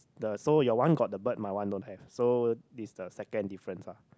the so your one got the bird my one don't have so this is the second difference lah